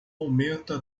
aumenta